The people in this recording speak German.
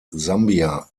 sambia